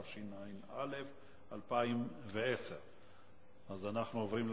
התשע"א 2010. אנחנו עוברים להצבעה.